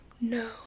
no